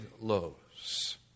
lows